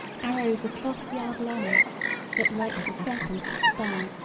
arrows a cloth-yard long that like to serpents stung,